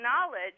knowledge